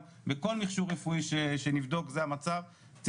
זה המצב בכל מכשור רפואי שנבדוק זה המצב,